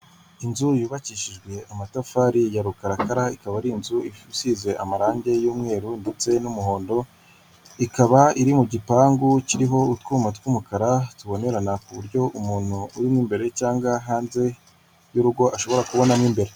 Inzu yubakishijwe amatafari ya rukarakara ikaba ari inzu isize amarangi y'umweru ndetse n'umuhondo. Ikaba iri mu gipangu kiriho utwuma tw'umukara tubonerana ku buryo umuntu uririmo imbere cyangwa hanze y'urugo ashobora kubona mo imbere.